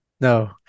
No